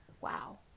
Wow